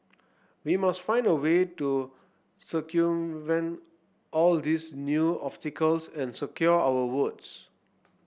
we must find a way to circumvent all these new obstacles and secure our votes